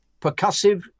percussive